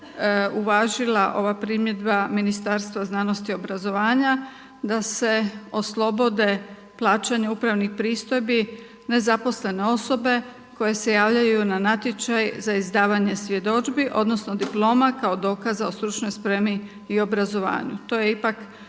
uvažila ova primjedba Ministarstva znanosti i obrazovanja da se oslobode plaćanja upravnih pristojbi nezaposlene osobe koje se javljaju na natječaj za izdavanje svjedodžbi odnosno diploma kao dokaza o stručnoj spremi i obrazovanju. To je ipak